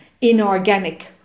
inorganic